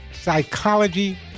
psychology